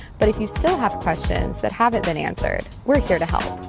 but if you still have questions that haven't been answered. we're here to help